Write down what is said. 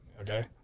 okay